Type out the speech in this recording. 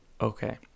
Okay